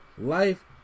life